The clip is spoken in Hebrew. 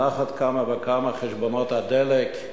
על אחת כמה וכמה חשבונות הדלק,